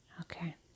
okay